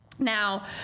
Now